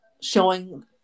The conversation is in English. showing